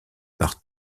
par